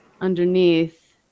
underneath